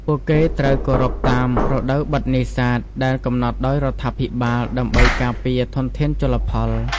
ពួកគេត្រូវគោរពតាម រដូវបិទនេសាទ ដែលកំណត់ដោយរដ្ឋាភិបាលដើម្បីការពារធនធានជលផល។